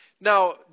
Now